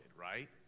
right